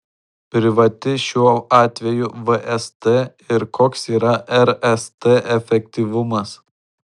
privati šiuo atveju vst ir koks yra rst efektyvumas